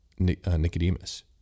Nicodemus